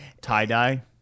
tie-dye